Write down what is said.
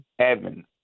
Evan